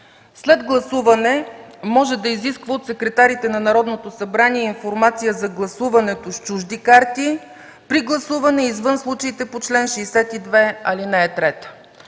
„След гласуване може да изисква от секретарите на Народното събрание информация за гласуването с чужди карти при гласуване извън случаите по чл. 62, ал. 3”.